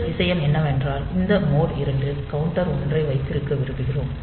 முதல் விஷயம் என்னவென்றால் இந்த மோட் 2 கவுண்டர் 1 ஐ வைத்திருக்க விரும்புகிறோம்